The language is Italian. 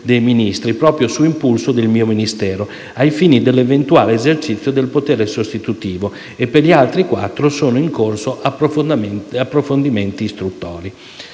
dei ministri, proprio su impulso del mio Ministero, ai fini dell'eventuale esercizio del potere sostitutivo, e per gli altri 4 sono in corso approfondimenti istruttori.